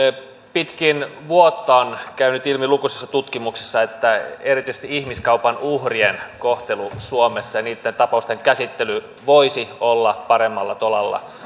pitkin vuotta on käynyt ilmi lukuisissa tutkimuksissa että erityisesti ihmiskaupan uhrien kohtelu suomessa ja niitten tapausten käsittely voisi olla paremmalla tolalla